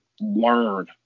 learn